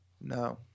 no